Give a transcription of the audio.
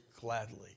gladly